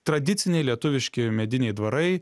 tradiciniai lietuviški mediniai dvarai